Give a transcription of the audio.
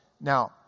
Now